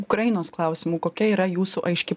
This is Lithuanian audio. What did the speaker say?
ukrainos klausimu kokia yra jūsų aiški